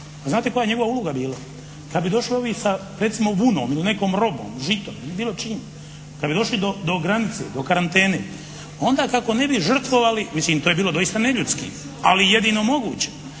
Znate koja je njegova uloga bila? Kada bi došao ovi sa recimo vunom ili nekom robom, žitom ili bilo čim, kada bi došli do granice, do karantene onda kako ne bi žrtvovali, mislim to je bilo doista neljudski ali jedino moguće.